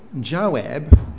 Joab